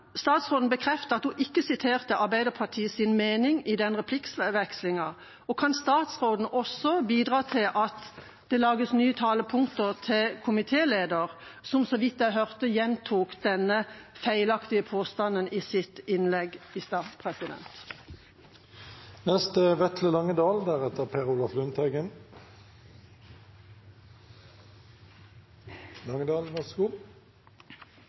statsråden bekrefte at hun ikke siterte Arbeiderpartiets mening i den replikkvekslingen? Og kan statsråden også bidra til at det lages nye talepunkter til komitéleder, som så vidt jeg hørte, gjentok denne feilaktige påstanden i sitt innlegg i stad?